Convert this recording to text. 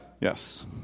yes